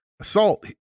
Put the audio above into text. assault